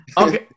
Okay